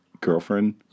girlfriend